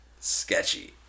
sketchy